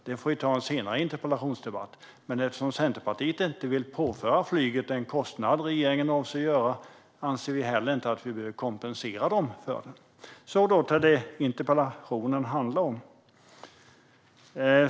Detta får vi ta i en senare interpellationsdebatt, men eftersom Centerpartiet inte vill påföra flyget den kostnad regeringen avser att påföra, anser vi att vi inte heller behöver kompensera dem för den. Så åter till det interpellationen handlar om.